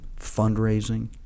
Fundraising